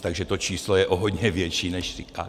Takže to číslo je o hodně větší, než říkáte.